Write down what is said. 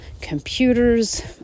computers